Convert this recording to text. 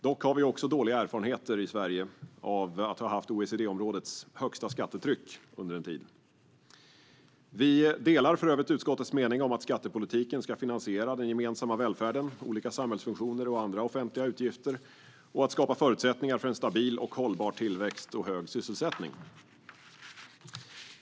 Dock har Sverige dåliga erfarenheter av att ha haft OECD-områdets högsta skattetryck under en tid. Sverigedemokraterna delar för övrigt utskottets mening om att skattepolitiken ska finansiera den gemensamma välfärden, olika samhällsfunktioner och andra offentliga utgifter samt skapa förutsättningar för en stabil och hållbar tillväxt och hög sysselsättning.